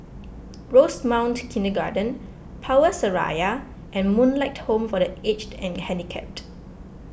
Rosemount Kindergarten Power Seraya and Moonlight Home for the Aged and Handicapped